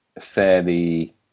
fairly